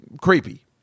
creepy